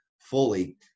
fully